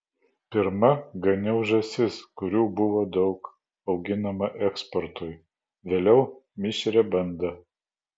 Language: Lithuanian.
pirma ganiau žąsis kurių buvo daug auginama eksportui vėliau mišrią bandą